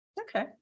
Okay